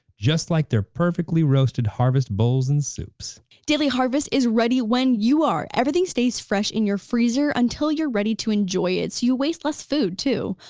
just like they're perfectly roasted harvest bowls and soups daily harvest is ready when you are, everything stays fresh in your freezer until you're ready to enjoy it, so you waste less food too,